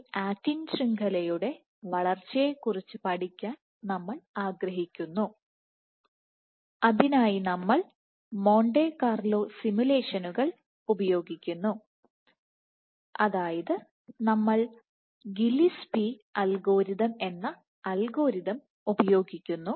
ഈ ആക്റ്റിൻ ശൃംഖലയുടെ വളർച്ചയെക്കുറിച്ച് പഠിക്കാൻ നമ്മൾ ആഗ്രഹിക്കുന്നു അതിനായി നമ്മൾ മോണ്ടെ കാർലോ സിമുലേഷനുകൾ ഉപയോഗിക്കുന്നു അതായത് നമ്മൾ ഗില്ലസ്പി അൽഗോരിതം എന്ന അൽഗോരിതം ഉപയോഗിക്കുന്നു